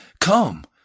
Come